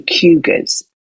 cougars